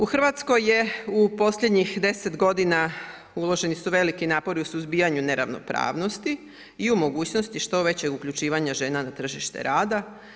U Hrvatskoj je u posljednjih 10 godina, uloženi su veliki napori u suzbijanju neravnopravnosti i u mogućnosti što većeg uključivanja žena na tržište rada.